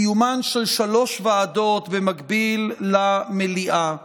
קיומן של שלוש ועדות במקביל למליאה,